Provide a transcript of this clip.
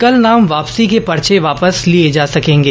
कल नाम वापसी के पर्चे वापस लिए जा सकेंगे